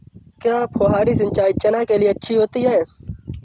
क्या फुहारी सिंचाई चना के लिए अच्छी होती है?